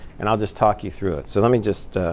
and i'll just talk you through it. so let me just